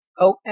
Okay